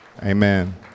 Amen